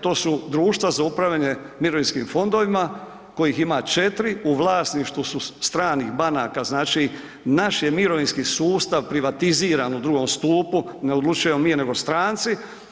to su društva za upravljanje mirovinskim fondovima, kojih ima 4, u vlasništvu su stranih banaka, znači, naš je mirovinski sustav privatiziran u II. stupu, ne odlučujemo mi nego stranci.